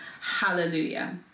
Hallelujah